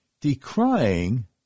Decrying